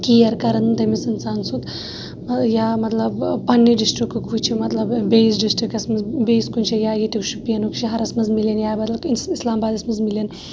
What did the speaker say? care کَران تٔمِس اِنسان سُنٛد یا مَطلَب پَننہِ ڈسٹرکُک وٕچھِ مَطلَب بیٚیِس ڈسٹرکَس مَنٛز بیٚیِس کُنہٕ شایہِ یا ییٚتکۍ شُپیَنُک شَہرَس مَنٛز مِلِنۍ یا بَدَل اِسلام آبادَس مَنٛز مِلِنۍ